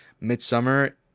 midsummer